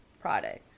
product